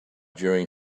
during